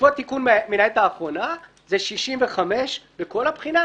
בעקבות תיקון מן העת האחרונה זה 65 בכל הבחינה,